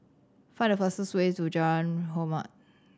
find the fastest way to Jalan Hormat